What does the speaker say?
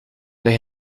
the